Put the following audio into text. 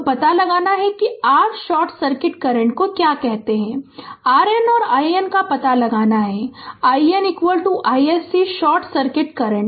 तो पता लगाना है कि r शॉर्ट सर्किट करंट को क्या कहते हैं RN और IN का पता लगाना है IN iSC short circuit current